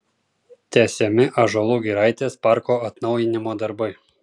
tęsiami ąžuolų giraitės parko atnaujinimo darbai